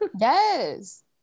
yes